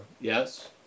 yes